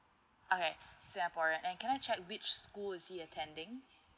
okay singaporean and can I check which school is he attending